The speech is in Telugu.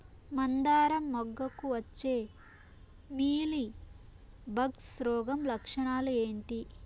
మందారం మొగ్గకు వచ్చే మీలీ బగ్స్ రోగం లక్షణాలు ఏంటి?